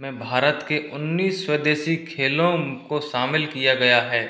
में भारत के उन्नीस स्वदेशी खेलों को शामिल किया गया है